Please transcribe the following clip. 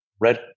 Red